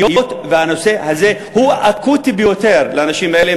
היות שהנושא הזה הוא אקוטי ביותר לאנשים האלה,